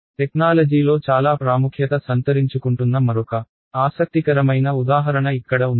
టెక్నాలజీలో చాలా ప్రాముఖ్యత సంతరించుకుంటున్న మరొక ఆసక్తికరమైన ఉదాహరణ ఇక్కడ ఉంది